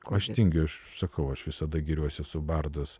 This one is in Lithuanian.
aš tingiu aš sakau aš visada giriuosi esu bardas